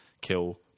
kill